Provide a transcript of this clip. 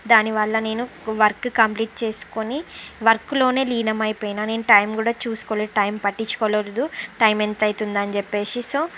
దానివల్ల నేను work complete చేసుకోని వర్క్లోనే లీనమైపోయాను నేను టైం కూడా చూసుకోలేదు టైం పట్టించుకోలేదు టైమ్ ఎంత అవుతుంది అని చెప్పేసి సో